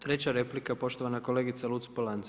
Treća replika, poštovana kolegica Luc-Polanc.